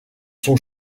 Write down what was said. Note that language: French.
sont